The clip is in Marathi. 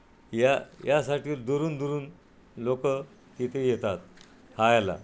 या यासाठी दुरून दुरून लोक तिथे येतात खायला